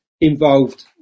involved